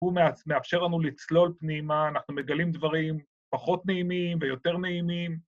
‫הוא מאפשר לנו לצלול פנימה, ‫אנחנו מגלים דברים פחות נעימים ויותר נעימים.